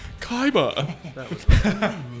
Kaiba